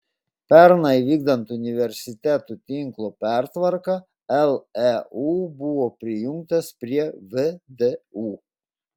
pernai vykdant universitetų tinklo pertvarką leu buvo prijungtas prie vdu